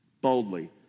Boldly